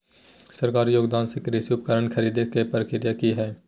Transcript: सरकारी योगदान से कृषि उपकरण खरीदे के प्रक्रिया की हय?